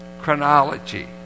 chronology